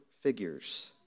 figures